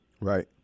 Right